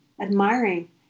admiring